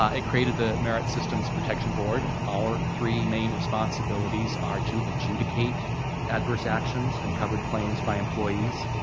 ah it created the merit systems protection board. our three main responsibilities are to adjudicate adverse actions and covered claims by employees,